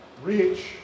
rich